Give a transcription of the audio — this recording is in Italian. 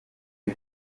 nei